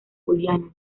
juliano